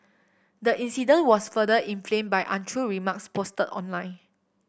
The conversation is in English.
the incident was further inflamed by untrue remarks posted online